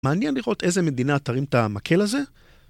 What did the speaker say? מעניין לראות איזה מדינה תרים את המקל הזה?